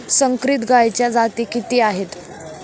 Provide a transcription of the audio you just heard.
संकरित गायीच्या जाती किती आहेत?